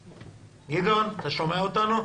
גדעון, אתה שומע אותנו?